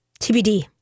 TBD